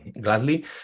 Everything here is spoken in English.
gladly